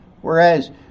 Whereas